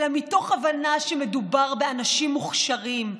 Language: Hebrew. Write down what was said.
אלא מתוך הבנה שמדובר באנשים מוכשרים,